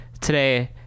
Today